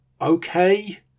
okay